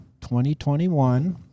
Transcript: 2021